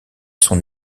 son